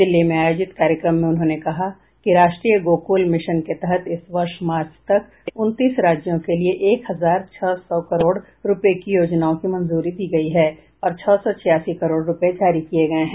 दिल्ली में आयोजित कार्यक्रम में उन्होंने कहा कि राष्ट्रीय गोकुल मिशन के तहत इस वर्ष मार्च तक उनतीस राज्यों के लिए एक हजार छह सौ करोड़ रुपये की योजनाओं को मंजूरी दी गयी है और छह सौ छियासी करोड़ रुपये जारी किये गये हैं